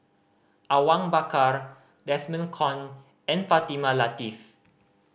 Awang Bakar Desmond Kon and Fatimah Lateef